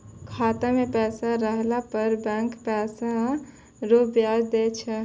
खाता मे पैसा रहला पर बैंक पैसा रो ब्याज दैय छै